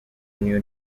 new